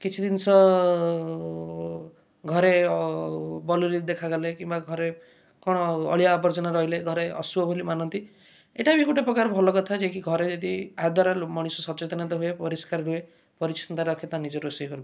କିଛି ଜିନିଷ ଘରେ ବଲୁରି ଦେଖାଗଲେ କିମ୍ବା ଘରେ କଣ ଅଳିଆ ଆବର୍ଜନା ରହିଲେ ଘରେ ଅଶୁଭ ବୋଲି ମାନନ୍ତି ଏଇଟା ବି ଗୋଟେ ପ୍ରକାର ଭଲ କଥା ଯିଏ କି ଘରେ ଯଦି ଆ ଦ୍ଵାର ଲୋ ମଣିଷ ସଚେତନତା ହୁଏ ପରିସ୍କାର ରୁହେ ପରିଛନ୍ନତା ରଖେ ତା ନିଜ ରୋଷେଇ ଘରକୁ